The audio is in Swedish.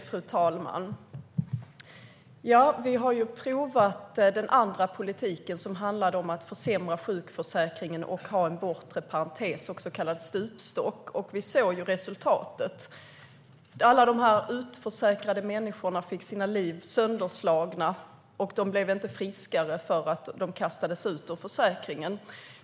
Fru talman! Vi har prövat den andra politiken som handlade om att försämra sjukförsäkringen och ha en bortre parentes, en så kallad stupstock. Vi såg resultatet. Alla dessa utförsäkrade människor fick sina liv sönderslagna, och de blev inte friskare för att de kastades ut ur försäkringen.